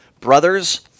Brothers